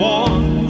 one